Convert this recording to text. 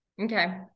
Okay